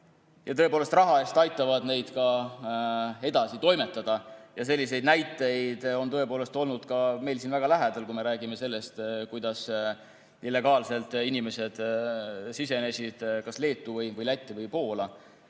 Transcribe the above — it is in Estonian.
tõepoolest, raha eest aitavad nad ka inimesi edasi toimetada. Ja selliseid näiteid on olnud ka meil siin väga lähedal, kui me räägime sellest, kuidas illegaalselt inimesed sisenesid kas Leetu, Lätti või Poola.